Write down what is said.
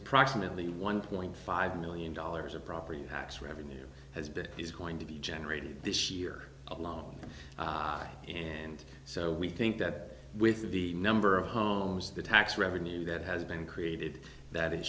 approximately one point five million dollars of property tax revenue has been is going to be generated this year alone and so we think that with of the number of homes the tax revenue that has been created that it